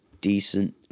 decent